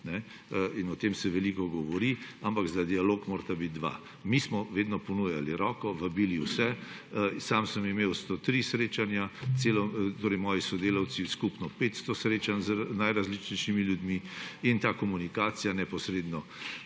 O tem se veliko govori, ampak za dialog morata biti dva. Mi smo vedno ponujali roko, vabili vse. Sam sem imel 103 srečanja, moji sodelavci skupno 500 srečanj z najrazličnejšimi ljudmi in ta komunikacija neposredno